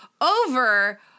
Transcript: over